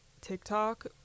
TikTok